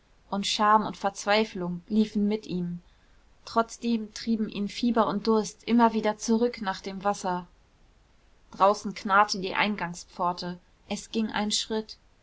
und scham und verzweiflung liefen mit ihm trotzdem trieben ihn fieber und durst immer wieder zurück nach dem wasser draußen knarrte die eingangspforte es ging ein schritt